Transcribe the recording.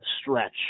stretch